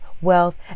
wealth